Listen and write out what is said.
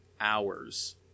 hours